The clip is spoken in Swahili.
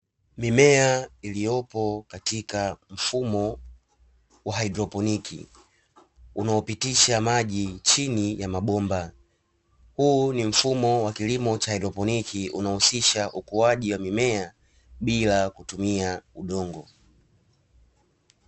Mimea iliyopo katika mfumo wa haidroponiki unaopitisha maji chini ya mabomba, huu ni mfumo wa kilimo cha haidroponiki unaohusisha ukuaji wa mimea bila kutumia udongo.